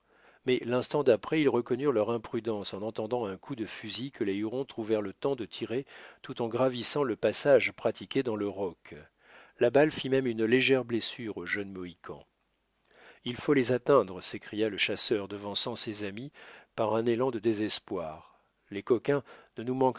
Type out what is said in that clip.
mais l'instant d'après ils reconnurent leur imprudence en entendant un coup de fusil que les hurons trouvèrent le temps de tirer tout en gravissant le passage pratiqué dans le roc la balle fit même une légère blessure au jeune mohican il faut les atteindre s'écria le chasseur devançant ses amis par un élan de désespoir les coquins ne nous manqueraient